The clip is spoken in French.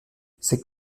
cette